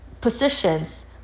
Positions